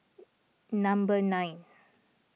number nine